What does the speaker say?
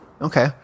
Okay